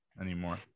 anymore